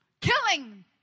killing